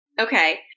Okay